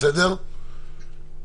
אדוני,